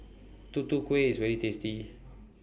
Tutu Kueh IS very tasty